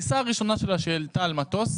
בטיסה הראשונה שלה שהיא עלתה על מטוס,